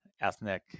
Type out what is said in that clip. ethnic